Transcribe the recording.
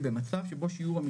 ב -2021 הם מקבלים 2